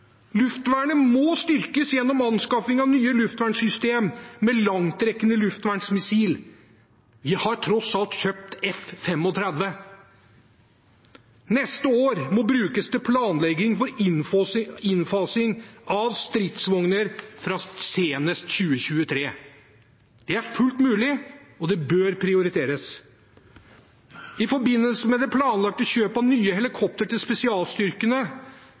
Luftvernet må styrkes gjennom anskaffelse av nye luftvernsystem med langtrekkende luftvernsmissil. Vi har tross alt kjøpt F-35. Neste år må brukes til planlegging av innfasing av stridsvogner fra senest 2023. Det er fullt mulig, og det bør prioriteres. I forbindelse med det planlagte kjøp av nye helikopter til spesialstyrkene